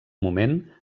moment